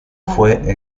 fue